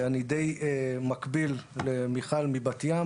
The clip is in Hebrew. אני די מקביל למיכל מבת ים.